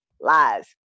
Lies